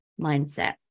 mindset